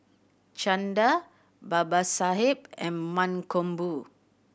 Chanda Babasaheb and Mankombu